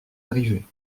arrivés